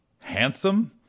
handsome